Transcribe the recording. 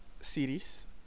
series